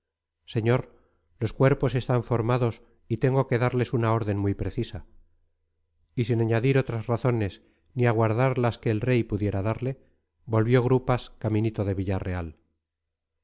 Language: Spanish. señor los cuerpos están formados y tengo que darles una orden muy precisa y sin añadir otras razones ni aguardar las que el rey pudiera darle volvió grupas caminito de villarreal